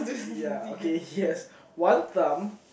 ya okay he has one thumb